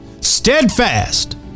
steadfast